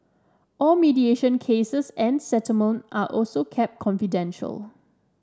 all mediation cases and settlement are also kept confidential